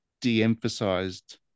de-emphasized